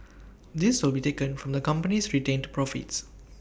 this will be taken from the company's retained profits